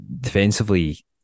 defensively